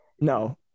no